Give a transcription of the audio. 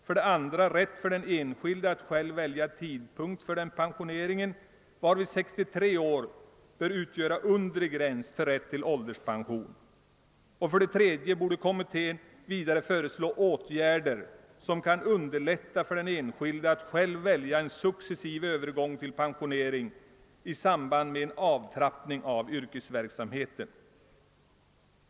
För det andra skulle man införa rätt för den enskilde att själv välja tidpunkt för pensioneringen, varvid 63 år bör utgöra den undre gränsen för ålderspension. För det tredje skulle kommittén föreslå åtgärder som kan underlätta för den enskilde att företa en successiv övergång till pensionering i samband med en avtrappning av yrkesverksamheten.